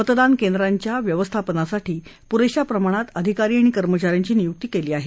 मतदान केंद्रांच्या व्यवस्थापनासाठी पुरेशा प्रमाणात अधिकारी आणि कर्मचाऱ्यांची नियुक्ती केली आहे